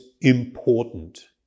important